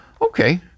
Okay